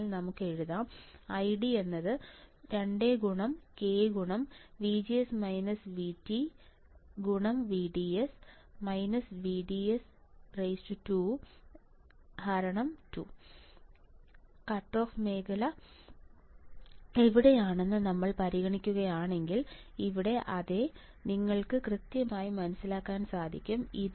അതിനാൽ നമുക്ക് എഴുതാം ID 2k VDS VDS2 2 cut off മേഖല എവിടെയാണെന്ന് നമ്മൾ പരിഗണിക്കുകയാണെങ്കിൽ ഇവിടെ അതെ നിങ്ങൾക്ക് കൃത്യമായി മനസ്സിലാക്കാൻ സാധിക്കും